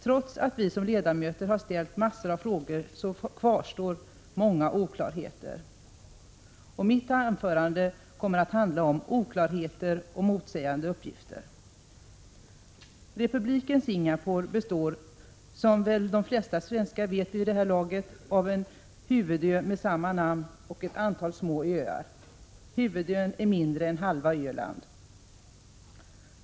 Trots att vi som ledamöter har ställt en mängd frågor, kvarstår många oklarheter. Mitt anförande kommer att handla om oklarheter och motsägande uppgifter. Republiken Singapore består — som väl de flesta svenskar vet vid det här laget — av en huvudö med samma namn och ett antal små öar. Huvudön är mindre än halva Öland.